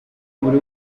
buri